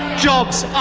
jobs up.